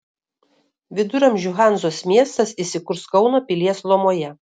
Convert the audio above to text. viduramžių hanzos miestas įsikurs kauno pilies lomoje